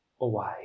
away